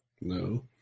No